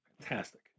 Fantastic